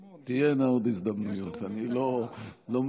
כן, תהיינה עוד הזדמנויות, אני לא מודאג.